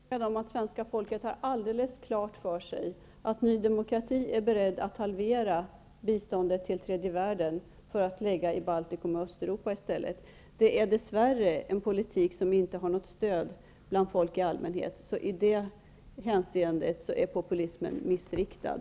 Fru talman! Jag är övertygad om att svenska folket har alldeles klart för sig att Ny demokrati är berett att halvera biståndet till tredje världen för att i stället lägga det i Baltikum och Östeuropa. Det är dess värre en politik som inte har något stöd hos folk i allmänhet. I det hänseendet är populismen missriktad.